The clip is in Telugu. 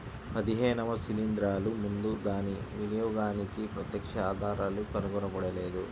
పదిహేనవ శిలీంద్రాలు ముందు దాని వినియోగానికి ప్రత్యక్ష ఆధారాలు కనుగొనబడలేదు